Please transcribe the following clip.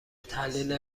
تحلیل